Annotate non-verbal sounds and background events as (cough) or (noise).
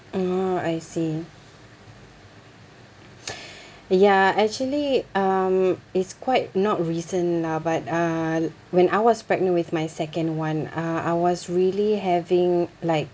oh I see (noise) ya actually um it's quite not recent lah but uh when I was pregnant with my second one uh I was really having like